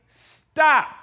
stop